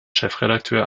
chefredakteur